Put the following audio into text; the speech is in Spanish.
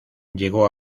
llegó